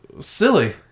Silly